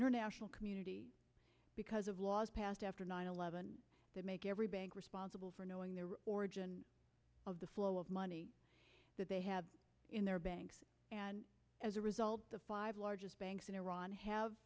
international community because of laws passed after nine eleven that make every bank responsible for origin of the flow of money that they have in their banks as a result the five largest banks in iran have